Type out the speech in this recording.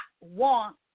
want